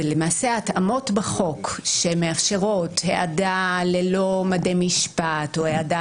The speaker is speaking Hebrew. ולמעשה ההתאמות בחוק שמאפשרות העדה ללא מדי משפט או העדה